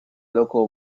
loco